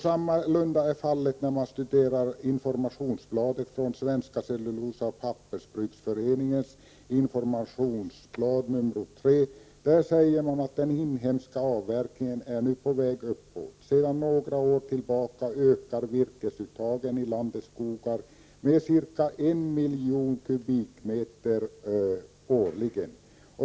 Samma inställning möter man när man studerar Svenska cellulosaoch pappersbruksföreningens informationsblad nr 3. Här står det bl.a. följande: ”Den inhemska avverkningen är nu på väg uppåt. Sedan några år tillbaka ökar virkesuttagen i landets skogar med ca en miljon m? årligen.